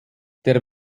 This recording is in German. der